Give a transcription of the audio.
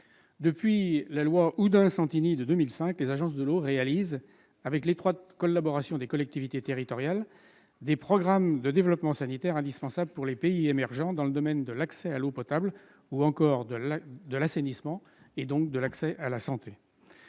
Depuis la loi Oudin-Santini de 2005, les agences de l'eau réalisent, en étroite collaboration avec les collectivités territoriales, des programmes de développement sanitaire indispensables pour les pays émergents dans les domaines de l'accès à l'eau potable et de l'assainissement, et donc de la santé.